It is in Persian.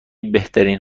بهترین